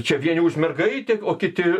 čia vieni už mergaitę o kiti